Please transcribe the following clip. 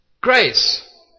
Grace